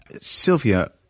Sylvia